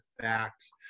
facts